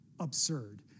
Absurd